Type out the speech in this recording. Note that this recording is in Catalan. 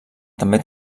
també